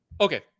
Okay